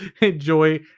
enjoy